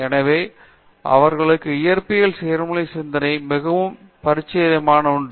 எனவே அவர்களுக்கு இயற்பியல் செயல்முறை சிந்தனை மிகவும் பரிச்சயமான ஒன்று